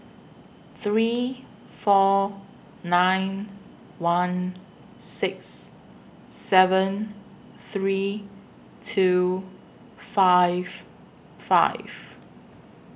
three four nine one six seven three two five five